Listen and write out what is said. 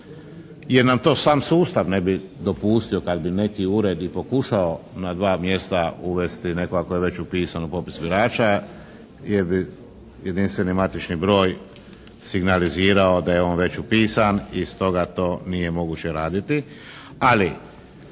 jer nam to sam sustav ne bi dopustio kad bi neki ured i pokušao na dva mjesta uvesti nekog ako je već upisan u popis birača, jer bi jedinstveni matični broj signalizirao da je on već upisan i stoga to nije moguće raditi.